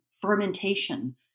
fermentation